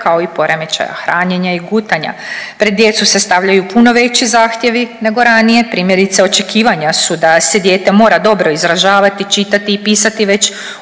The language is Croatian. kao i poremećaja hranjenja i gutanja, pred djece se stavljaju puno veći zahtjevi nego ranije primjerice očekivanja su da se dijete mora dobro izražavati, čitati i pisati